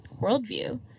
worldview